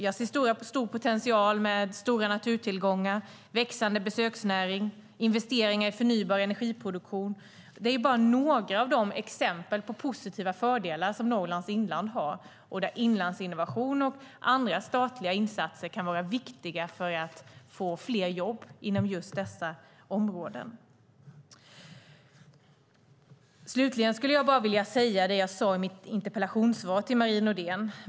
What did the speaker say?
Jag ser en stor potential med stora naturtillgångar, växande besöksnäring och investeringar i förnybar energiproduktion. Det är bara några av de exempel på fördelar som Norrlands inland har och där Inlandsinnovation och andra statliga insatser kan vara viktiga för att få fler jobb inom just dessa områden. Slutligen skulle jag vilja säga det som jag sade i mitt interpellationssvar till Marie Nordén.